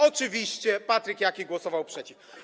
Oczywiście Patryk Jaki głosował przeciw.